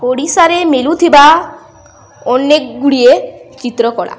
ଓଡ଼ିଶାରେ ମିଳୁଥିବା ଅନେକ ଗୁଡ଼ିଏ ଚିତ୍ରକଳା